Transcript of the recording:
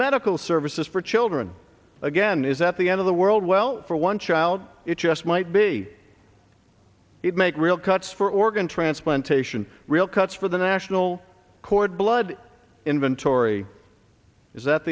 medical services for children again is that the end of the world well for one child it just might be it make real cuts for organ transplantation real cuts for the national cord blood inventory is that